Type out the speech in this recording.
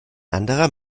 anderer